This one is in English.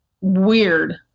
weird